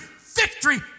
victory